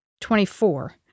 Twenty-four